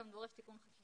גם דורש תיקון חקיקה.